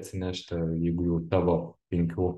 atsinešti jeigu jau tavo penkių